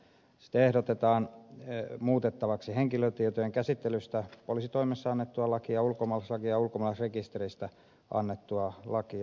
siinä ehdotetaan muutettavaksi henkilötietojen käsittelystä poliisitoimessa annettua lakia ulkomaalaislakia ja ulkomaalaisrekisteristä annettua lakia